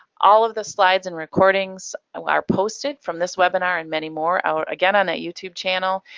all of the slides and recordings ah are posted from this webinar and many more out, again, on that youtube channel.